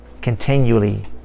continually